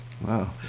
Wow